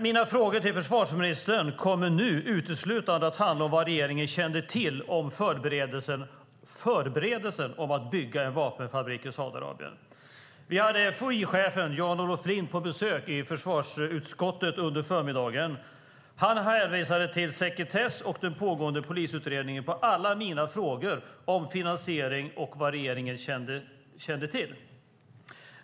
Mina frågor till försvarsministern kommer nu uteslutande att handla om vad regeringen kände till om förberedelserna för att bygga en vapenfabrik i Saudiarabien. Vi hade FOI-chefen Jan-Olof Lind på besök i försvarsutskottet under förmiddagen. Han hänvisade till sekretess och den pågående polisutredningen som svar på alla mina frågor om finansieringen och om vad regeringen kände till.